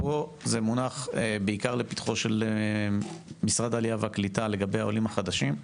פה זה מונח לפתחו של משרד העלייה והקליטה לגבי העולים החדשים,